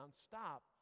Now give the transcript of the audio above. stop